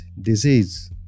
disease